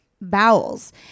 bowels